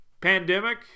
pandemic